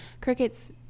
Crickets